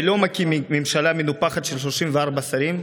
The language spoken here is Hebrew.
ולא מקים ממשלה מנופחת של 34 שרים,